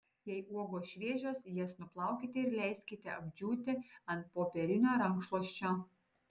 jei uogos šviežios jas nuplaukite ir leiskite apdžiūti ant popierinio rankšluosčio